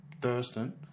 Thurston